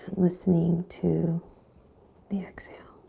listening to the exhale.